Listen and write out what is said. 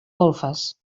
golfes